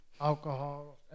alcohol